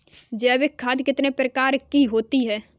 जैविक खाद कितने प्रकार की होती हैं?